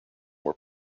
were